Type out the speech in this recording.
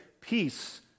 Peace